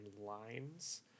lines